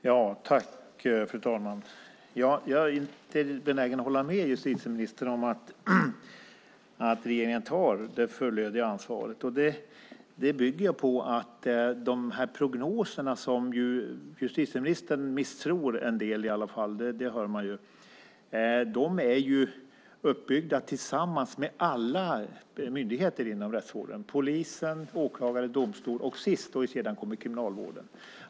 Fru talman! Jag är inte benägen att hålla med justitieministern om att regeringen tar det fullödiga ansvaret. Prognoserna, som man kan höra att justitieministern misstror en del, är uppbyggda tillsammans med alla de rättsvårdande myndigheterna: polis, åklagare, domstolar och i sista instans kriminalvården.